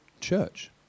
church